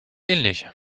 ähnlich